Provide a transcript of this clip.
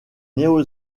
néo